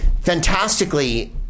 fantastically